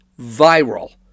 Viral